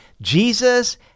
Jesus